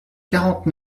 quarante